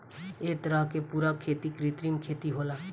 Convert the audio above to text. ए तरह के पूरा खेती कृत्रिम खेती होला